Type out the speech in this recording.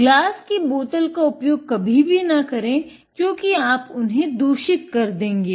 glass की बोतल का उपयोग कभी भी ना करे क्योंकि आप उन्हें दूषित कर देंगे